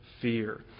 fear